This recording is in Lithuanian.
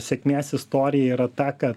sėkmės istorija yra ta kad